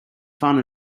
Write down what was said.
fun